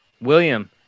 William